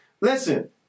Listen